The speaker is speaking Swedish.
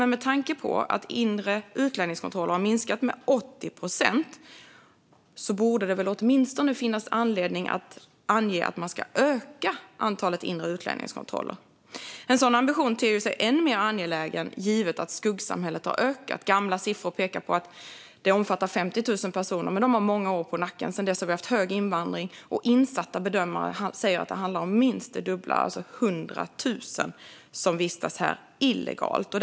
Men med tanke på att antalet inre utlänningskontroller har minskat med 80 procent borde det åtminstone finnas anledning att öka antalet inre utlänningskontroller. En sådan ambition ter sig än mer angelägen givet att skuggsamhället har vuxit. Gamla siffror pekar på att det omfattar 50 000 personer, men de siffrorna har många år på nacken. Sedan dess har vi haft hög invandring. Insatta bedömare säger att det handlar om minst det dubbla, alltså 100 000, som vistas här illegalt.